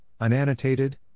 unannotated